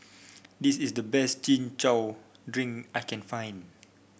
this is the best Chin Chow Drink I can find